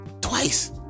twice